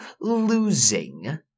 losing